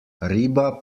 riba